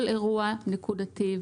כל אירוע נקודתי,